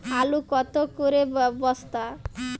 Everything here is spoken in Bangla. আলু কত করে বস্তা?